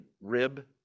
rib